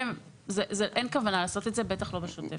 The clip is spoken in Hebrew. אין כוונה לעשות את זה, בטח לא בשוטף.